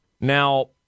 Now